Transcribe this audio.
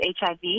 HIV